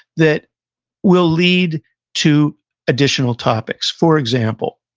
that will lead to additional topics. for example,